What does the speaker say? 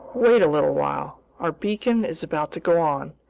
wait a little while. our beacon is about to go on,